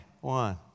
One